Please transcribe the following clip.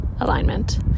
alignment